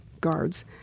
guards